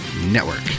network